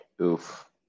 Oof